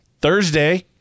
Thursday